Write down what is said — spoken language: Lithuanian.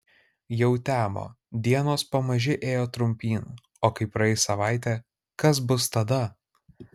jau temo dienos pamaži ėjo trumpyn o kai praeis savaitė kas bus tada